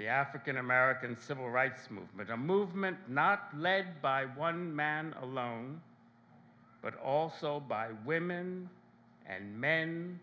the african american civil rights movement a movement not led by one man alone but also by women and men